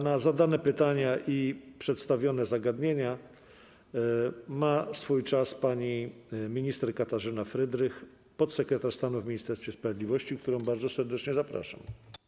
Na zadane pytania i przedstawione zagadnienia ma swój czas pani minister Katarzyna Frydrych, podsekretarz stanu w Ministerstwie Sprawiedliwości, którą bardzo serdecznie zapraszam.